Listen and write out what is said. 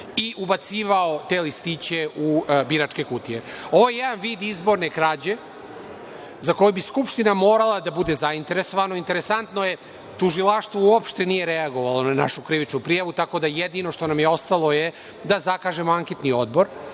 i ubacivao te listiće u biračke kutije. Ovo je jedan vid izborne krađe za koju bi Skupština morala da bude zainteresovana. Interesantno je da Tužilaštvo uopšte nije reagovalo na našu krivičnu prijavu, tako da jedino što nam je ostalo je da zakažemo anketni odbor